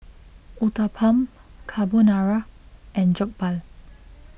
Uthapam Carbonara and Jokbal